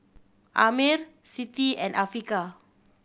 Ammir Siti and Afiqah